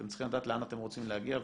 אתם צריכים לדעת לאן אתם רוצים להגיע,